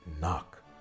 Knock